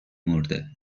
مرده